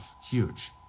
Huge